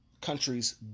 countries